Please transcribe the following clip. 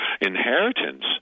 inheritance